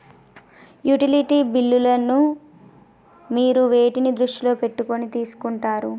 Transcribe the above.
Utility బిల్లులను మీరు వేటిని దృష్టిలో పెట్టుకొని తీసుకుంటారు?